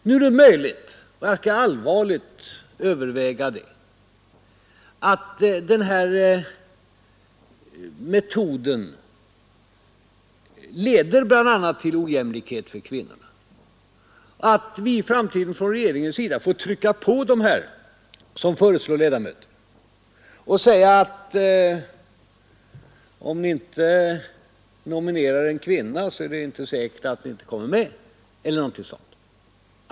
Nu är det möjligt — jag skall allvarligt överväga det — att den här metoden leder bl.a. till ojämlikhet för kvinnorna och att vi i framtiden från regeringens sida får trycka på dem som föreslår ledamöter och säga att om ni inte nominerar en kvinna så är det inte säkert att ni kommer med, eller något liknande.